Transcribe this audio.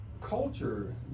culture